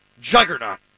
juggernaut